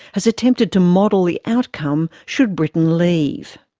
has attempted to model the outcome should britain leave.